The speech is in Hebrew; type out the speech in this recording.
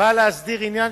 באה להסדיר עניין